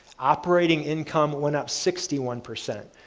operating income went up sixty one percent,